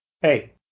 Hey